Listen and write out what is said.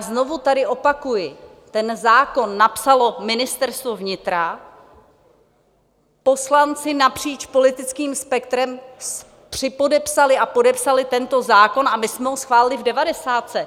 Znovu tady opakuji, ten zákon napsalo Ministerstvo vnitra, poslanci napříč politickým spektrem připodepsali a podepsali tento zákon a my jsme ho schválili v devadesátce.